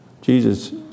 Jesus